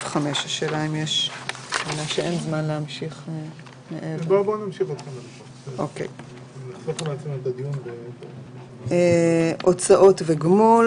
6. הוצאות וגמול.